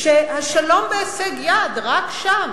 שהשלום בהישג יד, רק שם,